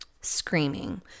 screaming